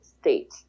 state